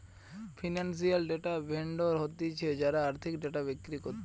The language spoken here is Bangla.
ফিনান্সিয়াল ডেটা ভেন্ডর হতিছে যারা আর্থিক ডেটা বিক্রি করতিছে